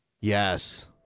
Yes